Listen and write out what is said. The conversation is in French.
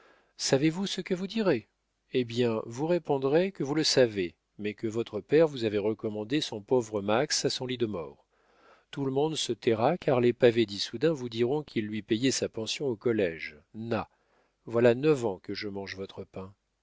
savez-vous ce que vous direz eh bien vous répondrez que vous le savez mais que votre père vous avait recommandé son pauvre max à son lit de mort tout le monde se taira car les pavés d'issoudun vous diront qu'il lui payait sa pension au collége na voilà neuf ans que je mange votre pain